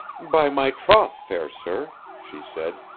by my troth, fair sir, she said,